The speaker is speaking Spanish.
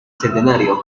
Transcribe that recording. centenario